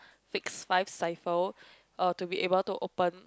fix five cipher uh to be able to open